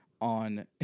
on